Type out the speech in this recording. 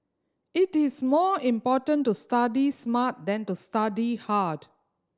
it is more important to study smart than to study hard